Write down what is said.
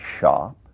shop